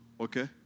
Okay